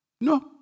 No